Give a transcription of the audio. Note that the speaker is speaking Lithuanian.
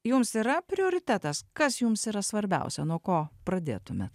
jums yra prioritetas kas jums yra svarbiausia nuo ko pradėtumėt